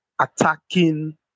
attacking